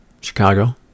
Chicago